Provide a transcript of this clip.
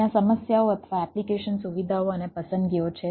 ત્યાં સમસ્યાઓ અથવા એપ્લિકેશન સુવિધાઓ અને પસંદગીઓ છે